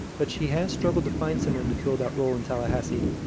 but she has struggled to find someone to fill that role in tallahassee.